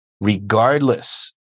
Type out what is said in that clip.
regardless